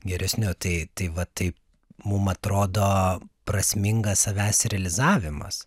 geresniu tai tai va taip mum atrodo prasmingas savęs realizavimas